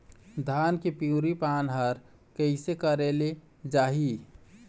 धान के पिवरी पान हर कइसे करेले जाही?